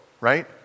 right